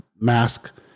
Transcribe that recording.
mask